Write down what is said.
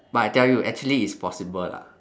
but I tell you actually it's possible lah